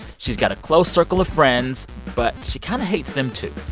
she's got a close circle of friends, but she kind of hates them too.